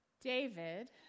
David